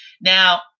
Now